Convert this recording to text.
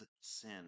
sin